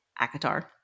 Akatar